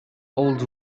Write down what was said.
old